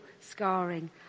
scarring